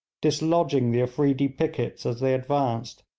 dislodging the afreedi pickets as they advanced,